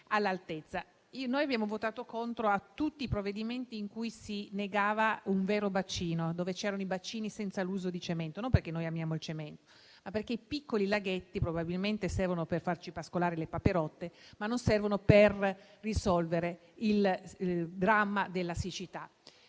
all'altezza. Abbiamo votato contro tutti i provvedimenti in cui si negava un vero bacino, dove si prevedevano bacini senza l'uso di cemento, e non perché amiamo il cemento, ma perché i piccoli laghetti probabilmente servono per farci pascolare le papere, ma non per risolvere il dramma della siccità.